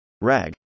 RAG